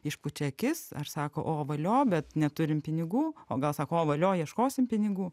išpūčia akis ar sako o valio bet neturim pinigų o gal sako o valio ieškosim pinigų